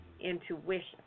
intuition